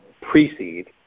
pre-seed